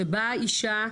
שבאה אישה,